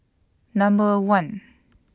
Number one